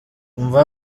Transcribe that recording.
umva